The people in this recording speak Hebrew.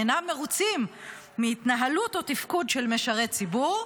אינם מרוצים מהתנהלות או מתפקוד של משרת ציבור,